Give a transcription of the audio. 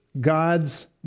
God's